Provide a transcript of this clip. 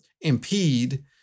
impede